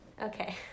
Okay